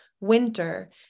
winter